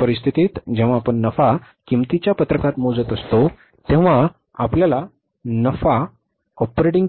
अशा परिस्थितीत जेव्हा आपण नफा किंमतीच्या पत्रकात मोजत असतो तेव्हा आपल्याला नफा ऑपरेटिंग